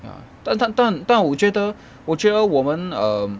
ya 但但但但我觉得我觉得我们 um